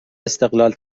استقلال